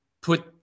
put